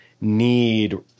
need –